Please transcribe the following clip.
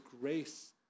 grace